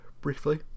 briefly